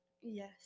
Yes